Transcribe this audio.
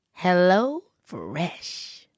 HelloFresh